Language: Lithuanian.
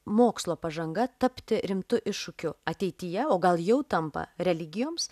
mokslo pažanga tapti rimtu iššūkiu ateityje o gal jau tampa religijoms